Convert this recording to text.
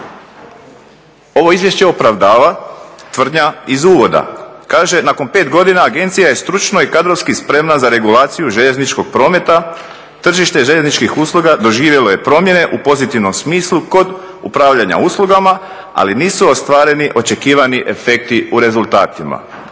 Ovo izvješće opravdava tvrdnja iz uvoda. Kaže, nakon 5 godina agencija je stručno i kadrovski spremna za regulaciju željezničkog prometa, tržište željezničkih usluga doživjelo je promjene u pozitivnom smislu kod upravljanja uslugama, ali nisu ostvareni očekivani efekti u rezultatima.